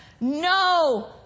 No